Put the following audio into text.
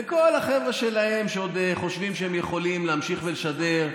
לכל החבר'ה שלהם שעוד חושבים שהם יכולים להמשיך ולשדר,